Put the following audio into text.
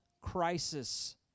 crisis